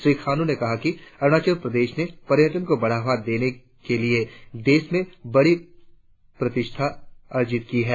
श्री खांडू ने कहा कि अरुणाचल प्रदेश ने पर्यटन को बढ़ावा देने के लिए देश में बड़ी प्रतिष्ठा अर्जित की है